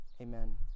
Amen